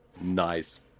Nice